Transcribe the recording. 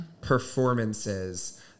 performances